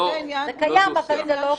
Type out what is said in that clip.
זה קיים אבל זה לא קורה.